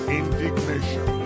indignation